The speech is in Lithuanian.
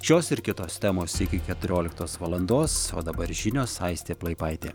šios ir kitos temos iki keturioliktos valandos o dabar žinios aistė plaipaitė